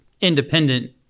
independent